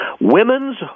Women's